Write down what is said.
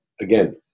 again